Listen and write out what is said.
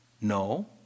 No